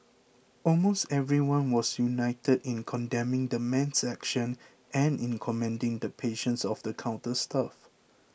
almost everyone was united in condemning the man's actions and in commending the patience of the counter staff